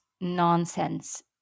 nonsense